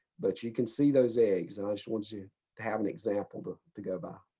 but you can see those eggs and i just want you to have an example to to go by.